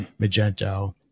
Magento